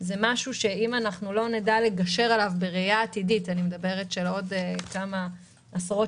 זה דבר שאם לא נדע לגשר עליו בראייה עתידית של עוד כמה עשרות